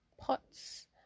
pots